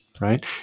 right